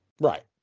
Right